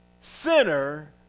sinner